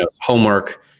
homework